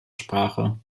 sprache